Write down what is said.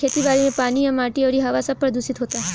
खेती बारी मे पानी आ माटी अउरी हवा सब प्रदूशीत होता